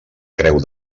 creu